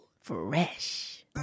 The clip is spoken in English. Fresh